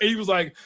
yeah was like,